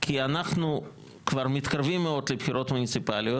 כי אנחנו כבר מתקרבים מאוד לבחירות המוניציפליות